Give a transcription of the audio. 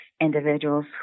individuals